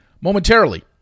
Momentarily